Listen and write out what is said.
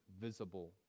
visible